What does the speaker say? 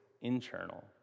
internal